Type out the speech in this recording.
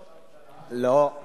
לא, לא.